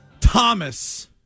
thomas